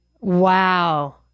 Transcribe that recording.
Wow